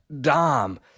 Dom